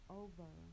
over